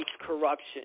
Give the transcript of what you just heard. corruption